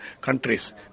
countries